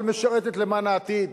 אבל משרתת למען העתיד,